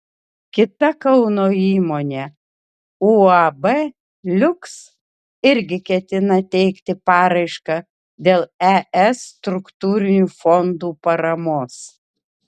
kita kauno įmonė uab liuks irgi ketina teikti paraišką dėl es struktūrinių fondų paramos